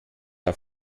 auf